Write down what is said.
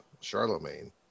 Charlemagne